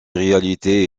réalité